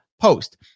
post